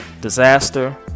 disaster